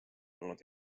olnud